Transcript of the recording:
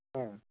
ஆ